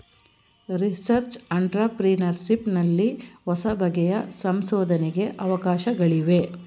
research entrepreneurship ನಲ್ಲಿ ಹೊಸಬಗೆಯ ಸಂಶೋಧನೆಗೆ ಅವಕಾಶಗಳಿವೆ